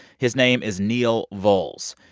his name is neil volz.